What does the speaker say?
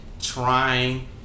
Trying